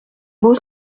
beau